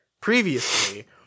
previously